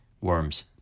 worms